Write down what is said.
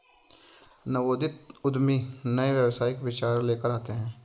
नवोदित उद्यमी नए व्यावसायिक विचार लेकर आते हैं